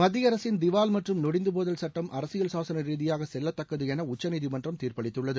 மத்திய அரசின் திவால் மற்றம் நொடிந்துபோதல் சுட்டம் அரசியல் சாசன ரீதியாக செல்லத்தக்கது என உச்சநீதிமன்றம் தீர்ப்பளித்துள்ளது